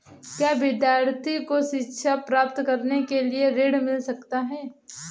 क्या विद्यार्थी को शिक्षा प्राप्त करने के लिए ऋण मिल सकता है?